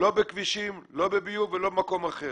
לא בכבישים, לא בביוב ולא במקום אחר.